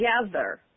together